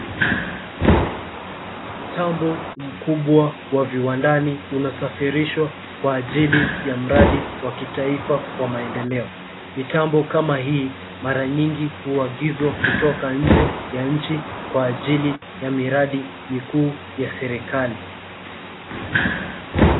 Mtambo mkubwa wa viwandani unasafirishwa kwa ajili ya mradi wa kitaifa wa maendeleo. Mitambo kama hii mara nyingi huagizwa kutoka nje ya nchi kwa ajili ya miradi mikuu ya serikali.